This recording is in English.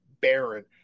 barren